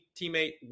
teammate